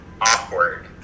awkward